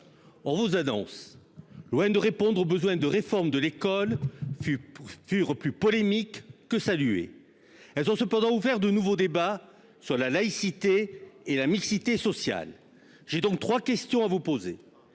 On vous annonce. Loin de répondre au besoin de réforme de l'école fut pour fuir plus polémique que saluer. Elles ont cependant ouvert de nouveau débat sur la laïcité et la mixité sociale. J'ai donc 3 questions à vous poser.